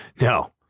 No